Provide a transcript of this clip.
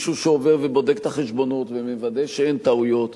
מישהו שעובר ובודק את החשבונות ומוודא שאין טעויות.